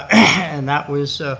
and that was